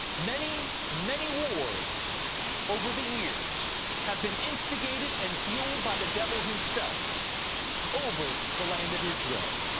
many, many wars over the years have been instigated and fueled by the devil himself over the land of israel.